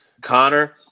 Connor